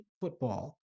football